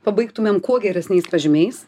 pabaigtumėm kuo geresniais pažymiais